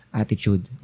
attitude